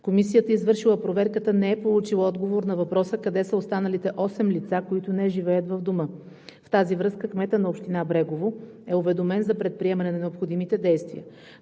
Комисията, извършила проверката, не е получила отговор на въпроса къде са останалите осем лица, които не живеят в Дома. В тази връзка кметът на община Брегово е уведомен за предприемане на необходимите действия.